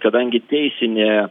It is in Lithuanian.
kadangi teisinė